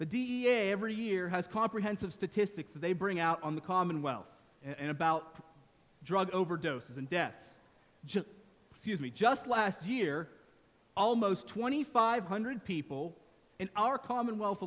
the d a every year has comprehensive statistics that they bring out on the commonwealth and about drug overdoses and deaths just see as me just last year almost twenty five hundred people in our commonwealth